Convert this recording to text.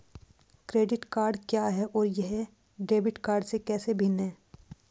Credit card क्या है और यह डेबिट कार्ड से कैसे भिन्न है?